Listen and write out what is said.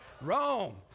Rome